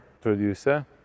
producer